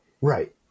Right